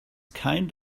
kind